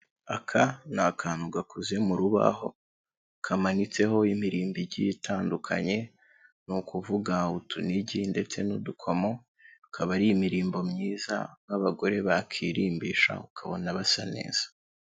Aka ni akantu gakoze mu rubaho, kamanitseho imirimbo igi itandukanye, ni ukuvuga utunigi ndetse n'udukomo. Ikaba ari imirimbo myiza nk'abagore bakirimbisha, ukabona basa neza.